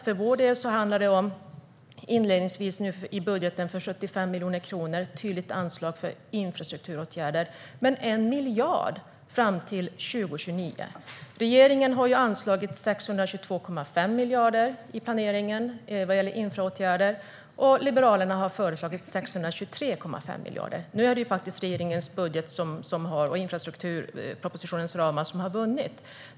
För vår del handlar det inledningsvis om 75 miljoner kronor i budgeten i ett tydligt anslag för infrastrukturåtgärder och 1 miljard fram till år 2029. Regeringen har anslagit 622,5 miljarder i planeringen vad gäller infrastrukturåtgärder, och Liberalerna har föreslagit 623,5 miljarder. Nu är det regeringens budget och infrastrukturpropositionens ramar som har vunnit.